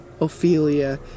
Ophelia